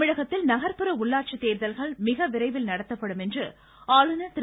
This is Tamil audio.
தமிழகத்தில் நகர்ப்புற உள்ளாட்சி தேர்தல்கள் மிக விரைவில் நடத்தப்படும் என்று ஆளுநர் திரு